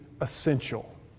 essential